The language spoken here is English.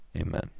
Amen